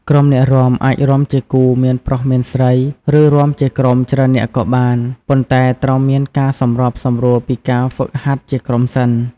ក្រុមអ្នករាំអាចរាំជាគូមានប្រុស មានស្រី ឬ រាំជាក្រុមច្រើននាក់ក៏បាន ប៉ុន្តែត្រូវមានការសម្របសម្រួលពីការហ្វឹកហាត់ជាក្រុមសិន។